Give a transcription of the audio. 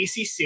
ACC